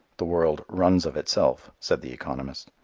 the world runs of itself, said the economist.